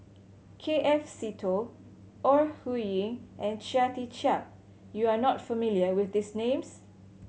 K F Seetoh Ore Huiying and Chia Tee Chiak You are not familiar with these names